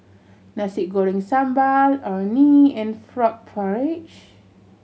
Nasi Goreng Sambal Orh Nee and frog porridge